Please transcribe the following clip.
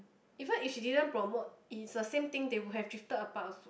even if she didn't promote it's the same thing they would have drifted apart also